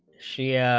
she yeah